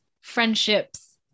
friendships